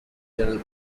general